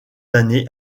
années